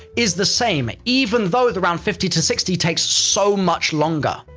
is the same, even though the round fifty to sixty takes so much longer.